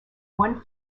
one